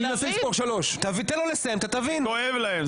כואב להם.